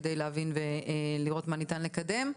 כדי להבין ולראות מה ניתן לקדם.